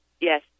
yes